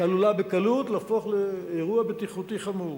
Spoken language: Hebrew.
שעלולה בקלות להפוך לאירוע בטיחותי חמור.